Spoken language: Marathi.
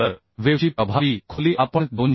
तर वेव्ह ची प्रभावी खोली आपण 295